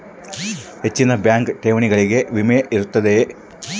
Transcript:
ಹೆಚ್ಚಿನ ಬ್ಯಾಂಕ್ ಠೇವಣಿಗಳಿಗೆ ವಿಮೆ ಇರುತ್ತದೆಯೆ?